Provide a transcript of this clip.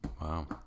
Wow